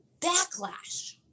backlash